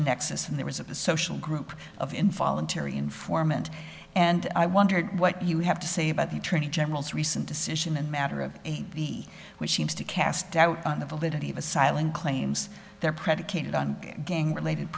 nexus and there was of the social group of involuntary informant and i wondered what you have to say about the attorney general's recent decision and matter of which seems to cast doubt on the validity of asylum claims they're predicated on gang related